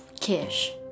Kish